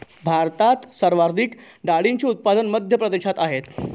भारतात सर्वाधिक डाळींचे उत्पादन मध्य प्रदेशात आहेत